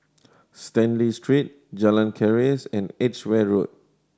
Stanley Street Jalan Keris and Edgware Road